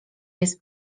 jest